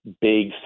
big